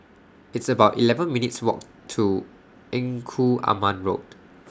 It's about eleven minutes' Walk to Engku Aman Road